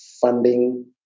funding